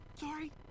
Sorry